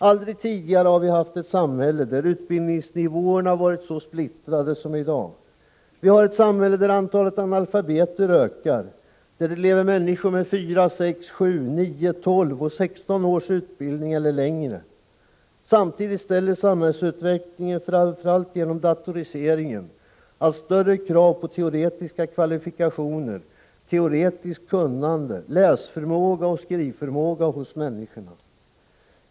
Aldrig tidigare har vi haft ett samhälle där utbildningsnivåerna varit så splittrade som i dag. Vi har ett samhälle, där antalet analfabeter ökar, där det lever människor med fyra, sex, sju, nio, tolv och sexton års utbildning eller mera. Samtidigt ställer samhällsutvecklingen, framför allt genom datoriseringen, allt större krav på teoretiska kvalifikationer, teoretiskt kunnande, läsförmåga och skrivförmåga hos människorna.